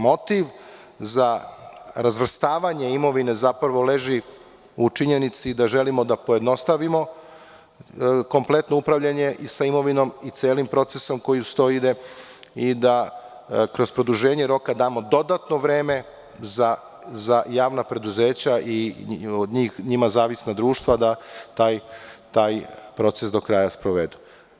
Motiv za razvrstavanje imovine zapravo leži u činjenici da želimo da pojednostavimo kompletno upravljanje sa imovinom i celim procesom koji uz to ide i da kroz produženje roka damo dodatno vreme za javna preduzeća i njima zavisna društva da taj proces do kraja sprovedu.